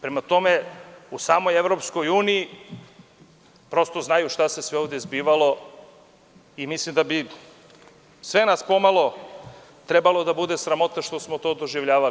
Prema tome, u samoj EU znaju šta se sve ovde zbivalo i mislim da sve nas pomalo trebalo da bude sramota što smo to doživljavali.